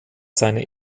seine